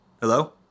Hello